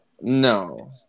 no